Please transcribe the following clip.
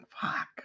fuck